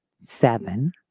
Seven